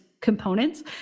components